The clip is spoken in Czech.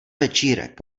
večírek